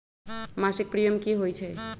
मासिक प्रीमियम की होई छई?